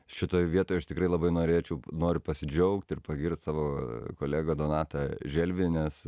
šitoj vietoj aš tikrai labai norėčiau noriu pasidžiaugti ir pagirt savo kolegą donatą želvį